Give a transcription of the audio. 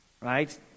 right